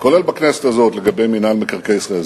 כולל בכנסת הזו, לגבי מינהל מקרקעי ישראל.